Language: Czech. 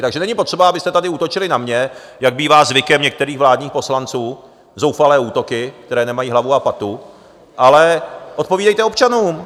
Takže není potřeba, abyste tady útočili na mě, jak bývá zvykem některých vládních poslanců zoufalé útoky, které nemají hlavu a patu ale odpovídejte občanům.